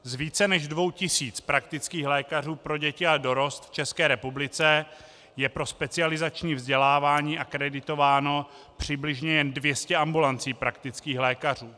Z více než dvou tisíc praktických lékařů pro děti a dorost v České republice je pro specializační vzdělávání akreditováno přibližně jen dvě stě ambulancí praktických lékařů.